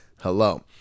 hello